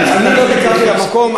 אני לא ביקרתי במקום,